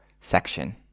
section